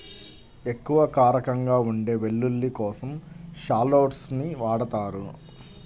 ఎక్కువ కారంగా ఉండే వెల్లుల్లి కోసం షాలోట్స్ ని వాడతారు